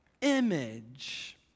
image